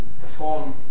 perform